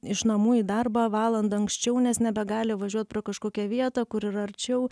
iš namų į darbą valanda anksčiau nes nebegali važiuot pro kažkokią vietą kur yra arčiau